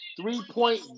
three-point